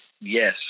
Yes